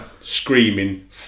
screaming